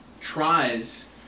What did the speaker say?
tries